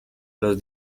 los